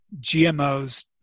GMOs